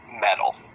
metal